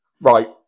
right